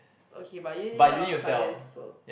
okay but you need a lot of clients also